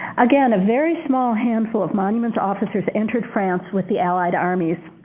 again, a very small handful of monuments officers entered france with the allied armies.